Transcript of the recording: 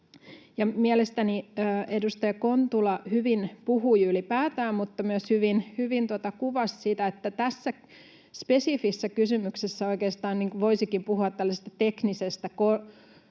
Mielestäni edustaja Kontula puhui hyvin ylipäätään, mutta myös hyvin kuvasi sitä, että tässä spesifissä kysymyksessä oikeastaan voisikin puhua tällaisesta teknisestä